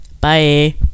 bye